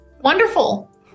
Wonderful